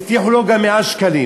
והבטיחו לו גם 100 שקלים.